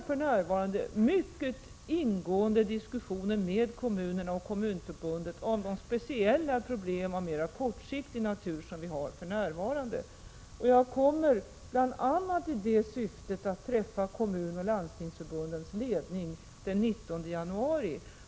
För närvarande pågår mycket ingående diskussioner med kommunerna och med Kommunförbundet om de speciella problem av mera kortsiktig natur som finns i dag. Bl. a. i syfte att diskutera dessa problem kommer jag att träffa Kommunförbundets och Landstingsförbundets ledningar den 19 januari.